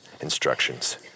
instructions